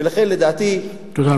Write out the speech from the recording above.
ולכן, לדעתי, תודה רבה.